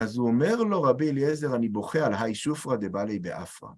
אז הוא אומר לו, רבי אליעזר, אני בוכה על האי שופרא דבא לי באפרא.